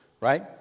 right